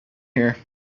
here